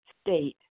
state